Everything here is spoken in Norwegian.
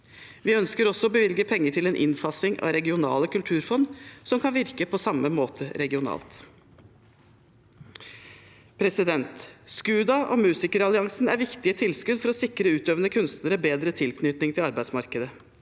Vi ønsker også å bevilge penger til en innfasing av regionale kulturfond som kan virke på samme måte regionalt. SKUDA og Musikeralliansen er viktige tilskudd for å sikre utøvende kunstnere en bedre tilknytning til arbeidsmarkedet.